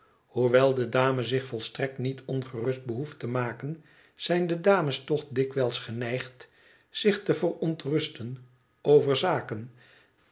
hoewel de dame zich volstrekt niet ongerust behoeft te maken zijn de dames toch dikwijls geneigd zich te verontrusten over zaken